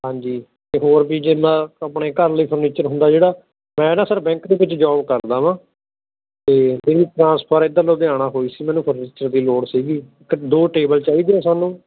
ਹਾਂਜੀ ਅਤੇ ਹੋਰ ਵੀ ਜਿੰਨਾ ਆਪਣੇ ਘਰ ਲਈ ਫਰਨੀਚਰ ਹੁੰਦਾ ਜਿਹੜਾ ਮੈਂ ਨਾ ਸਰ ਬੈਂਕ ਦੇ ਵਿੱਚ ਜੋਬ ਕਰਦਾ ਹਾਂ ਅਤੇ ਮੇਰੀ ਟ੍ਰਾਂਸਫਰ ਇੱਧਰ ਲੁਧਿਆਣਾ ਹੋਈ ਸੀ ਮੈਨੂੰ ਫੜਨੀਚਰ ਦੀ ਲੋੜ ਸੀਗੀ ਕ ਦੋ ਟੇਬਲ ਚਾਹੀਦੇ ਆ ਸਾਨੂੰ